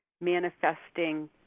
manifesting